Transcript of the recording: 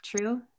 true